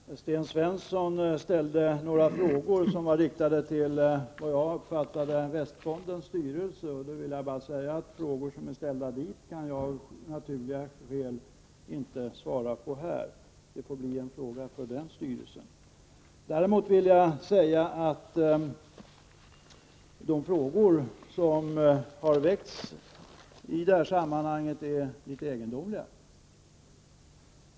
Fru talman! Sten Svensson ställde några frågor som, vad jag uppfattade, var riktade till västfondens styrelse. Frågor som är riktade dit kan jag av naturliga skäl inte svara på här. Det får bli en uppgift för den styrelsen. Däremot vill jag säga att de frågor som har väckts i detta sammanhang är litet egendomliga.